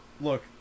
Look